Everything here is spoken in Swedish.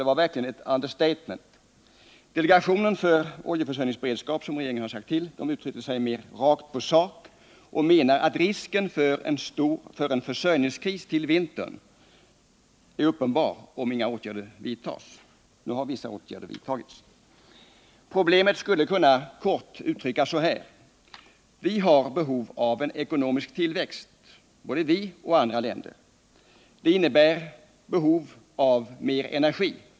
Det var verkligen ett understatement. Delegationen för oljeförsörjningsberedskap, som regeringen tillsatt, uttrycker sig mer rakt på sak och anser att risken är uppenbar för en försörjningskris till vintern om inga åtgärder nu vidtas. Emellertid har vissa åtgärder vidtagits. Problemet skulle kort kunna uttryckas så här: Både vi och andra länder har behov av en ekonomisk tillväxt, vilket förutsätter en ökad tillgång på energi.